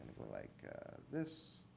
like this.